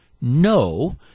no